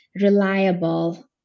reliable